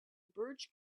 birch